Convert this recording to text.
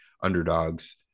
underdogs